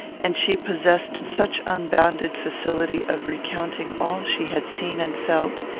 and she possessed such unbounded facility of recounting all she had seen and felt,